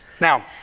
Now